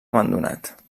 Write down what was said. abandonat